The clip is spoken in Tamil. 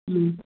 ம்